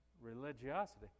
religiosity